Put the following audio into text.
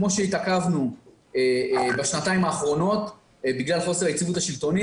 כמו שהתעכבנו בשנתיים האחרונות בגלל חוסר היציבות השלטוני,